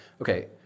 okay